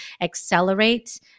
accelerate